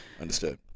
Understood